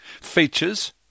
Features